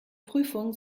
prüfung